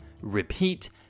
REPEAT